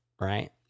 right